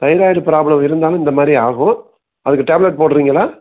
thyroid problem இருந்தாலும் இந்த மாதிரி ஆகும் அதுக்கு டேப்லட் போடுறீங்களா